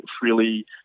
freely